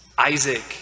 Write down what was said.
Isaac